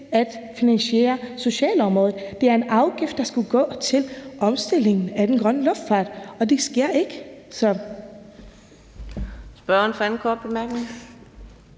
at finansiere socialområdet. Det er en afgift, der skulle gå til omstillingen af den grønne luftfart, og det sker ikke. Kl. 12:05 Anden næstformand